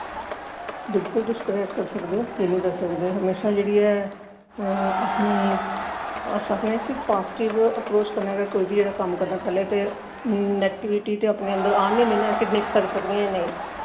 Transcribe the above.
बिल्कुज तुस क्रैक करी सकदे ओ की निं करी सकदे म्हेशा जेह्ड़ी ऐ अपनी अस आखने के पाजटिव अप्रोच कन्नै गै कोई बी जेह्ड़ा कम्म करना पैह्लें ते नैगटिविटी ते अपने अंदर आन ही निं ना की नेईं करी सकनी आं जां नेईं